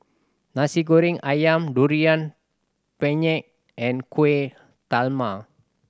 Nasi Goreng Ayam Durian Pengat and Kuih Talam